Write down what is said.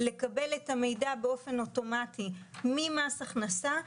לקבל את המידע באופן אוטומטי ממס הכנסה,